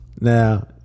Now